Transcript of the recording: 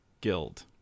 Guild